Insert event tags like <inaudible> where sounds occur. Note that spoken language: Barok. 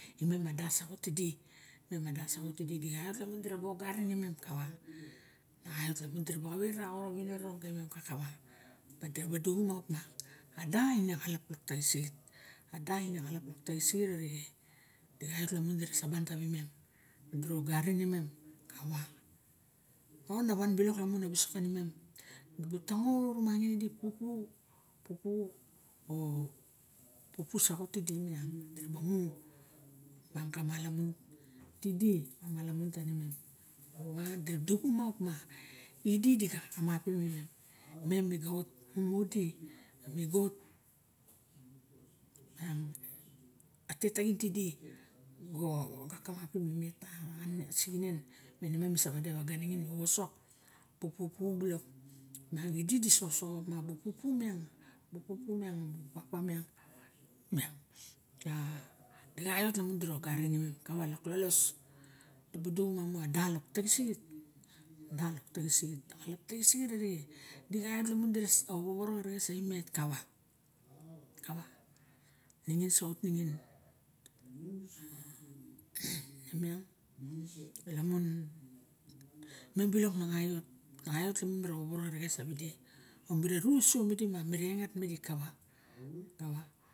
Imem a bu do saxot tidi dixaot lamun idaraba ogarin imem na xaot lamun diraba xawe xa ra xoru winiro alui mem kakawa dira ba duxuma op a da in xalap taxisixit arixe di xaiot tawa sabau tawiniem ma dira ogarin imem on rawan balok lamum a wisok kanimem mi bu tango rumangin ida pupu pupu a pupu saxot tide miang diraba mu ka mala mun tidi ma malanum tanimem moxowe diraduxuma opa idi di ga kamapim imem mem mi ga ot mu di mi ga ot <hesitation> a tet taxin ti di ga kamapim imet tasixinen ine ma mi sa wadeka waga ningi mi wowosok a bu pupu bilok miang idi di sa osoxo a wisok a bu pupu mian bu pupu miang a bu papa miang dixaot lamun dira ogarim imem dibu dima mo a da lok twisixit bat taxisat arixa di xatlamun idra woworo xeres sawinet kawe kawe ninin so ot nining <noise> nemiang lamun mem bilok mi kaiot kimun miraba xexeres sauidi on mi ra ru sudi minang tidi <unintelligible>